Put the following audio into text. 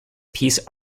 piece